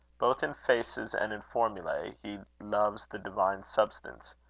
both in faces and in formulae he loves the divine substance,